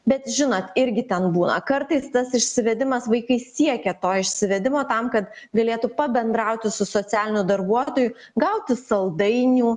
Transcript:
bet žinot irgi ten būna kartais tas išsviedimas vaikai siekia to išsviedimo tam kad galėtų pabendrauti su socialiniu darbuotoju gauti saldainių